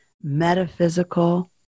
metaphysical